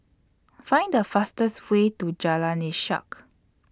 Find The fastest Way to Jalan Ishak